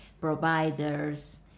providers